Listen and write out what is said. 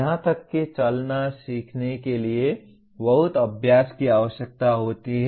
यहां तक कि चलना सीखने के लिए बहुत अभ्यास की आवश्यकता होती है